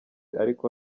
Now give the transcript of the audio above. ariko